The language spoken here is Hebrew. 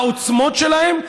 העוצמות שלהן,